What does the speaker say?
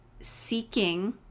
seeking